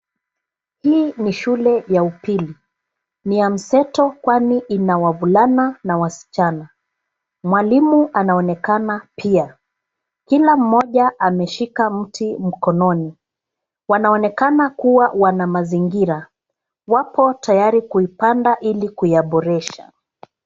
Hii ni shule ya upili, ni ya mseto kwani ina wavulana na wasichana. Mwalimu anaonekana pia, kila mmoja ameshika mti mkononi. Wanaonekana kuwa wana mazingira, wapo tayari kuipanda ili kuyaboresha.